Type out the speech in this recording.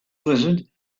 blizzard